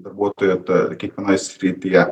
darbuotojų toj kiekvienoj srityje